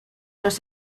los